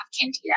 candida